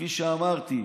כפי שאמרתי,